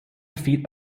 defeat